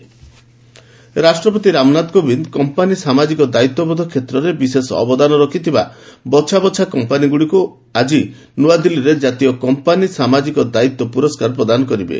ପ୍ରେକ୍ CSR award ରାଷ୍ଟ୍ରପତି Ramnath Kovind company ସାମାଜିକ ଦାୟିତ୍ୱବୋଧ କ୍ଷେତ୍ରରେ ବିଶେଷ ଅବଦାନ ରଖିଥିବା ବଛାବଛା କମ୍ପାନୀଗୁଡ଼ିକୁ ଆସନ୍ତାକାଲି ନ୍ନଆଦିଲ୍ଲୀରେ କାତୀୟ କମ୍ପାନୀ ସାମାଜିକ ଦାୟିତ୍ୱ ପୁରସ୍କାର ପ୍ରଦାନ କରିବେ